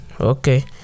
Okay